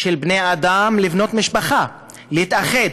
של בני-אדם לבנות משפחה, להתאחד.